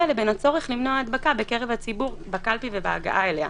לבין הצורך למנוע הדבקה בקרב הציבור בקלפי ובהגעה אליה.